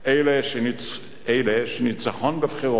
אלא שניצחון בבחירות